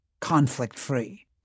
conflict-free